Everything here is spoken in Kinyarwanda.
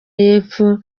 y’epfo